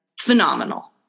Phenomenal